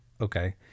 Okay